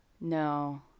No